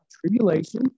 tribulation